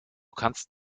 kannst